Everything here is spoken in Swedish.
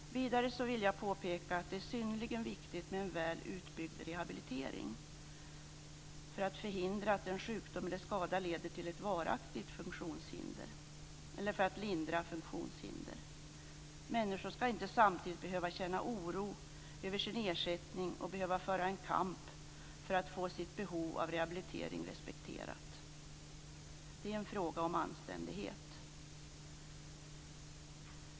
Vidare vill jag påpeka att det är synnerligen viktigt med en väl utbyggd rehabilitering för att förhindra att en sjukdom eller skada leder till ett varaktigt funktionshinder eller för att lindra funktionshinder. Människor skall inte samtidigt behöva känna oro över sin ersättning och behöva föra en kamp för att få sitt behov av rehabilitering respekterat. Det är en fråga om anständighet.